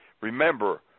Remember